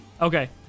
okay